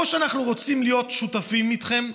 או אנחנו רוצים להיות שותפים איתכם,